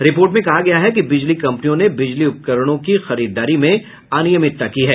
report में कहा गया है कि बिजली कंपनियों ने बिजली उपकरणों की खरीददारी में अनियमितता की है